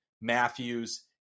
Matthews